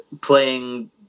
playing